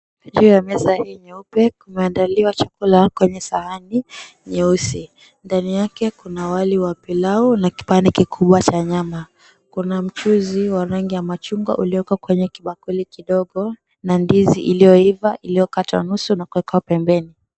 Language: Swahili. Juu ya meza hii nyeupe, kumeandaliwa chakula kwenye sahani nyeusi, ndani yake kuna wali wa pilau na kipande kikubwa cha nyama, kuna mchuuzi wa rangi ya machungwa iliyowekwa kwenye kibakuli kidogo na ndizi iliyoiva iliyokatwa nusu na kuwekwa pembeni.